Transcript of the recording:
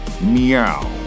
meow